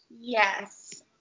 Yes